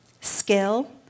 skill